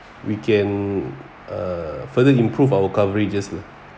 we can uh further improve our coverages